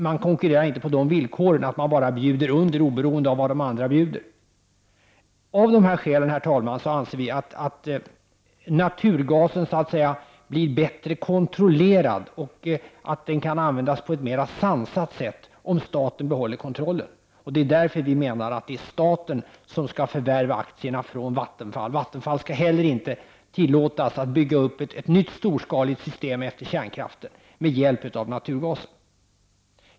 Man konkurrerar inte genom att bara bjuda under, oberoende av vad andra bjuder. Av de här skälen, herr talman, anser vi att naturgasen så att säga blir bättre kontrollerad och att den kan användas på ett mera sansat sätt, om staten 157 behåller kontrollen. Det är därför vi menar att staten skall förvärva aktierna från Vattenfall. Vattenfall skall inte heller tillåtas bygga upp ett nytt storskaligt system efter kärnkraften med hjälp av naturgasen.